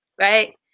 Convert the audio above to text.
right